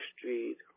Street